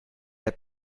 hat